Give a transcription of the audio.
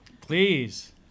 please